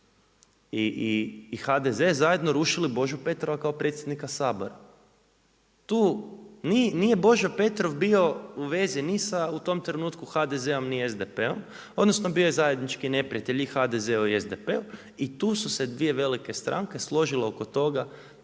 i HDZ zajedno rušili Božu Petrova kao predsjednika Sabora. Tu nije Božo Petrov bio u vezi ni sa u tom trenutku ni sa HDZ-om, ni SDP-om, odnosno, bio je zajednički neprijatelj i HDZ-u i SDP-u i tu su se dvije velike stranke složile oko toga